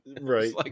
right